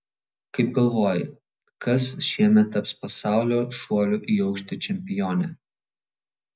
kaip galvoji kas šiemet taps pasaulio šuolių į aukštį čempione